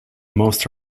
most